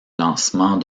lancement